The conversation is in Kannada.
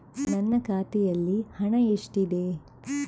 ನನ್ನ ಖಾತೆಯಲ್ಲಿ ಹಣ ಎಷ್ಟಿದೆ?